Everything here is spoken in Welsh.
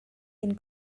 ein